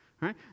right